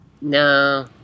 No